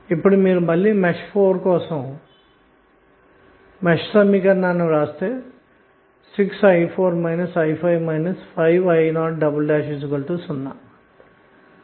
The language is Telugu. ఇప్పుడు మళ్ళీ మెష్ 4కోసం సమీకరణాన్ని వ్రాస్తే 6i4 i5 5i00 లభిస్తుంది